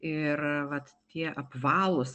ir vat tie apvalūs